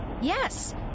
Yes